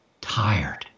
tired